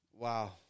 Wow